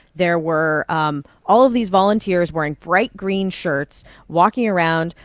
there were um all of these volunteers wearing bright green shirts walking around,